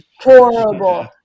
Horrible